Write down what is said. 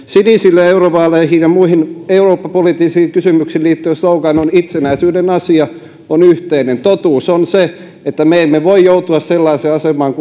sinisillä eurovaaleihin ja muihin eurooppapoliittisiin kysymyksiin liittyvä slogan on itsenäisyyden asia on yhteinen totuus on se että me emme voi joutua sellaiseen asemaan